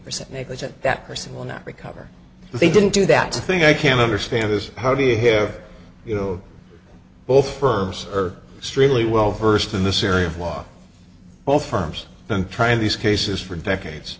percent negligent that person will not recover they didn't do that thing i can't understand is how do you hear you know both firms are strictly well versed in this area of law both firms and trying these cases for decades